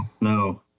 No